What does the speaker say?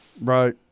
Right